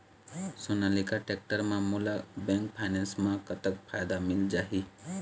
Sonalika tractor म मोला bank finance म कतक फायदा मिल जाही?